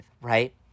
right